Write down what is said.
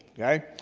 okay?